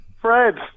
Fred